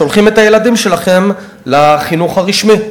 שולחים את הילדים שלכם לחינוך הרשמי.